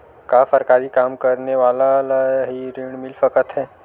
का सरकारी काम करने वाले ल हि ऋण मिल सकथे?